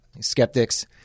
Skeptics